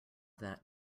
that